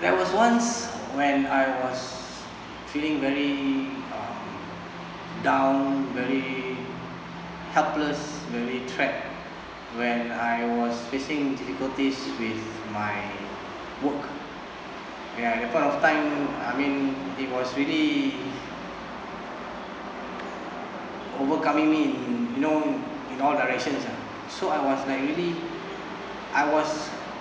there was once when I was feeling very uh down very helpless very trapped when I was facing difficulty with my work ya that point of time I mean it was really overcoming me in you know in all direction ah so I was like really I was